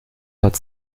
hat